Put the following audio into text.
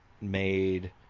made